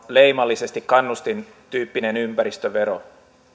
leimallisesti kannustintyyppinen ympäristövero